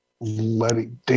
Letting